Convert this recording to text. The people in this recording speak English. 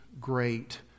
great